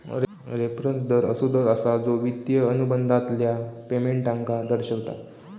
reference दर असो दर असा जो एक वित्तिय अनुबंधातल्या पेमेंटका दर्शवता